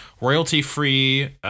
royalty-free